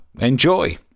enjoy